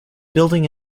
building